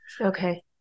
okay